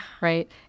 Right